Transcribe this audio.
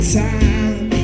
time